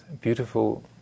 beautiful